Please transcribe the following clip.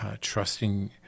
trusting